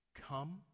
Come